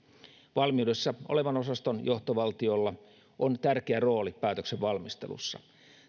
valmiudessa olevan osaston johtovaltiolla on tärkeä rooli päätöksen valmistelussa